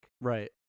Right